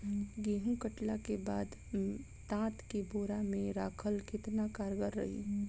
गेंहू कटला के बाद तात के बोरा मे राखल केतना कारगर रही?